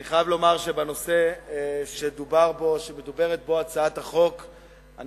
אני חייב לומר שבנושא שהצעת החוק מדברת בו אני